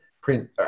print